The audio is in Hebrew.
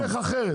בוא נלך אחרת,